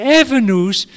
avenues